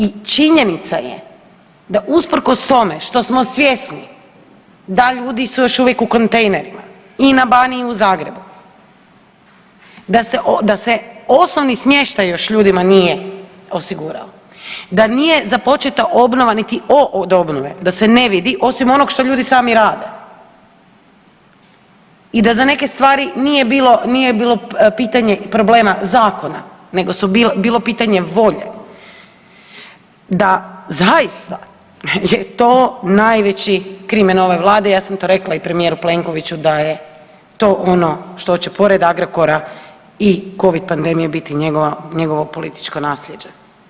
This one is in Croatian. I činjenica je da usprkos tome što smo svjesni da ljudi su još uvijek u kontejnerima i na Baniji i u Zagrebu, da se osnovni smještaj još nije ljudima osigurao, da nije započeta obnova niti o od obnove, da se ne vidi, osim onoga što ljudi sami rade i da za neke stvari nije bilo pitanje problema zakona nego je bilo pitanje volje, da zaista je to najveći krimen ove Vlade, ja sam to rekla i premijeru Plenkoviću da je to ono što je pored Agrokora i covid pandemije biti njegovo političko nasljeđe.